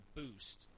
boost